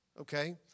Okay